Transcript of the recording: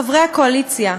חברי הקואליציה,